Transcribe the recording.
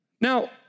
Now